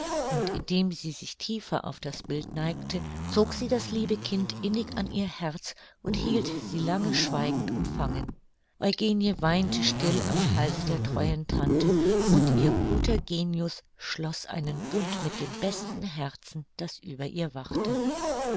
und indem sie sich tiefer auf das bild neigte zog sie das liebe kind innig an ihr herz und hielt sie lange schweigend umfangen eugenie weinte still am halse der treuen tante und ihr guter genius schloß einen bund mit dem besten herzen das über ihr wachte